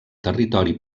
territori